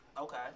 Okay